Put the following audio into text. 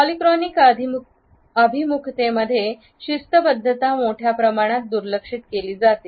polychronic अभिमुखतेमध्ये शिस्तबद्धता मोठ्या प्रमाणात दुर्लक्ष केले जाते